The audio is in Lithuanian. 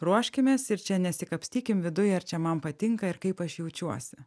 ruoškimės ir čia nesikapstykim viduj ar čia man patinka ir kaip aš jaučiuosi